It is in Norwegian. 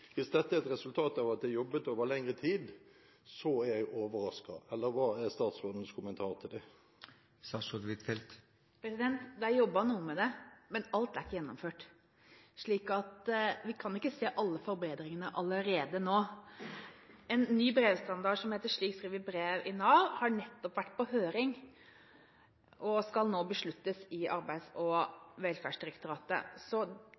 Hvis dette er et resultat av at det er jobbet over lengre tid, er jeg overrasket. Hva er statsrådens kommentar til det? Det er jobbet noe med det, men alt er ikke gjennomført, så vi kan ikke se alle forbedringene allerede nå. En ny brevstandard – slik skriver vi brev i Nav – har nettopp vært på høring, og skal nå besluttes i Arbeids- og velferdsdirektoratet. Så